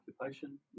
occupation